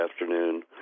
afternoon